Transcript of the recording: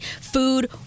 food